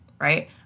right